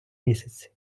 місяці